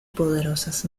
poderosas